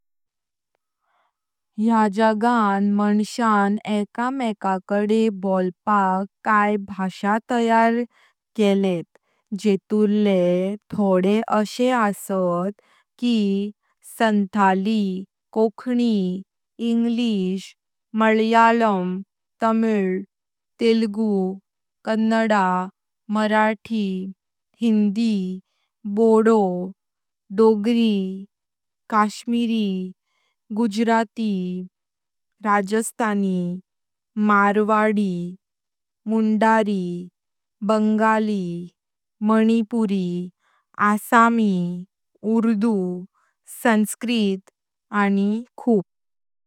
या जगान माणस्यान एक मेकाकडे बोलपाक कांय भाषा तयार केळे तेतले थोडे अशे असात की संथाळी, कोंकणी, इंग्लीश, मल्याळम, तामील, तेलुगु, कन्नड, मराठी, हिंदी, बोडो, डोग्री, कश्मीरी, गुजराती, राजस्थानी, मारवाडी, मुंदारी, बंगाली, मणिपुरी, आसामी, उर्दू, संस्कृत, आणि खूप।